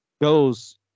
goes